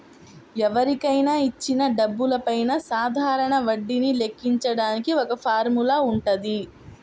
ఎవరికైనా ఇచ్చిన డబ్బులపైన సాధారణ వడ్డీని లెక్కించడానికి ఒక ఫార్ములా వుంటది